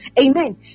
Amen